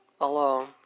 alone